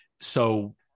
So-